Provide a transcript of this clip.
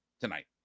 tonight